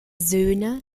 söhne